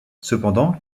cependant